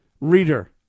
reader